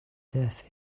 death